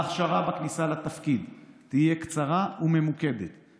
ההכשרה בכניסה לתפקיד תהיה קצרה וממוקדת,